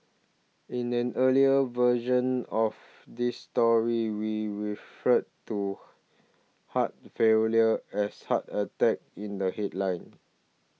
in an earlier version of this story we referred to heart failure as heart attack in the headline